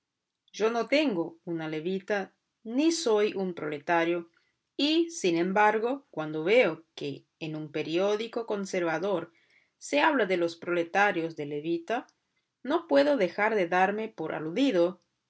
yo no tengo una levita ni soy un proletario y sin embargo cuando veo que en un periódico conservador se habla de los proletarios de levita no puedo dejar de darme por aludido